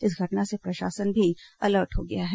इस घटना से प्रशासन भी अलर्ट हो गया है